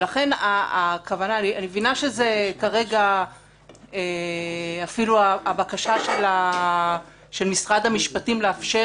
אני מבינה שכרגע אפילו הבקשה של משרד המשפטים לאפשר